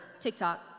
TikTok